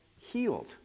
healed